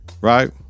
Right